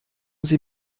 sie